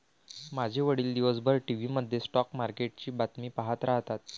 माझे वडील दिवसभर टीव्ही मध्ये स्टॉक मार्केटची बातमी पाहत राहतात